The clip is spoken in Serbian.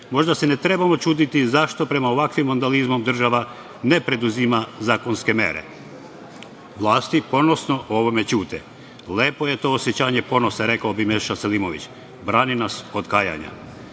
možda se ne trebamo čuditi zašto pred ovakvim vandalizmom država ne preduzima zakonske mere. Vlasti ponosno o ovome ćute. Lepo je to osećanje ponosa - rekao bi Meša Selimović - brani nas od kajanja.Za